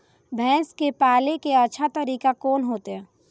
भैंस के पाले के अच्छा तरीका कोन होते?